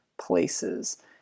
places